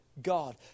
God